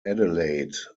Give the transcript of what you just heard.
adelaide